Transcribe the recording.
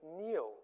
kneel